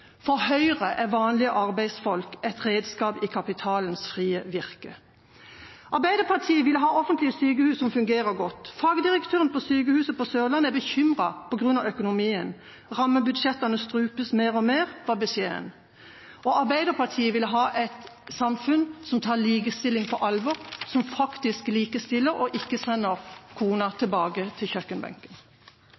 For Høyre er vanlige arbeidsfolk et redskap i kapitalens frie virke. Arbeiderpartiet vil ha offentlige sykehus som fungerer godt. Fagdirektøren på Sørlandet sykehus er bekymret på grunn av økonomien. Rammebudsjettene strupes mer og mer, var beskjeden. Og Arbeiderpartiet vil ha et samfunn som tar likestilling på alvor, som faktisk likestiller og ikke sender kona